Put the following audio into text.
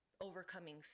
overcoming